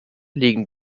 liegen